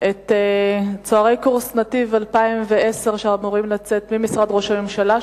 את צוערי קורס "נתיב" 2010 ממשרד ראש הממשלה,